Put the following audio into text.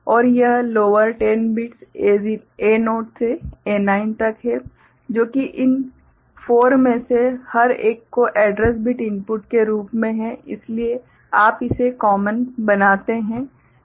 और यह lower 10 bits A0 से A9 तक है जो कि इन 4 में से हर एक को एड्रेस बिट इनपुट के रूप में है इसलिए आप इसे कॉमन बनाते हैं